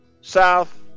South